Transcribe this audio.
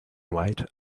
white